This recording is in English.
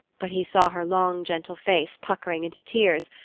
but he saw her long gentle face puckering into tears,